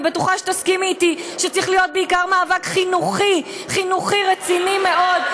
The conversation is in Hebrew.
אני בטוחה שתסכימי אתי שצריך להיות בעיקר מאבק חינוכי רציני מאוד.